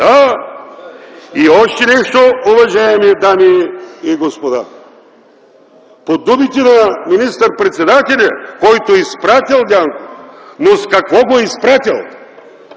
Да! И още нещо, уважаеми дами и господа! По думите на министър-председателя, който е изпратил Дянков, но с какво го е изпратил,